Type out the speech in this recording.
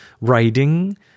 writing